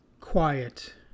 quiet